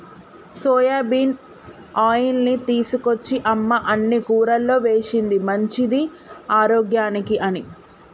soybean ఆయిల్ని తీసుకొచ్చి అమ్మ అన్ని కూరల్లో వేశింది మంచిది ఆరోగ్యానికి అని